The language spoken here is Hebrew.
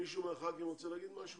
מישהו מחברי הכנסת רוצה להגיד משהו?